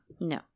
No